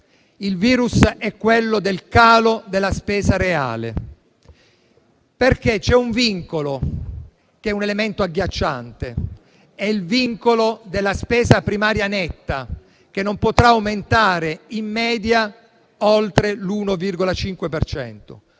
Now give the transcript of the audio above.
un virus, quello del calo della spesa reale, perché c'è un vincolo che è un elemento agghiacciante: la spesa primaria netta, che non potrà aumentare in media oltre l'1,5